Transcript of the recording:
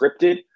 scripted